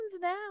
now